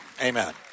Amen